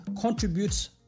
contributes